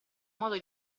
modo